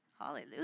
Hallelujah